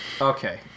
okay